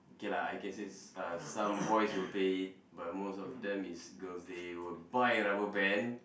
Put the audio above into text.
K lah I can say s~ uh some boys will play but most of them is girls they will buy rubber band